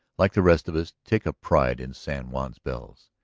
like the rest of us, take a pride in san juan's bells.